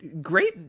great